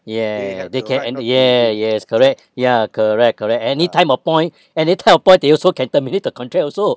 ya they can end ya yes correct ya correct correct any time of point any time of point they also can terminate the contract also